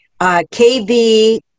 KV